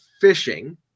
fishing